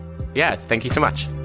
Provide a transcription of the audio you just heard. yeah. thank you so much